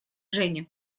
женя